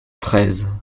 fraises